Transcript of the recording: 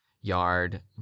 yard